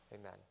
Amen